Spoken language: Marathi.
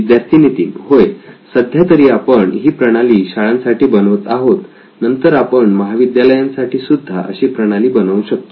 विद्यार्थी नितीन होय सध्या तरी आपण ही प्रणाली शाळांसाठी बनवत आहोत नंतर आपण महाविद्यालयांसाठी सुद्धा अशी प्रणाली बनवू शकतो